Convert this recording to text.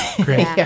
Great